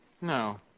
No